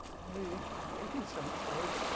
in the eighteenth century,